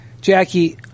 Jackie